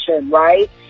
right